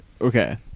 Okay